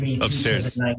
Upstairs